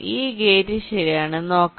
ഈ ഗേറ്റ് ശരിയാണ് നോക്കാം